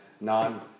non